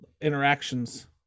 interactions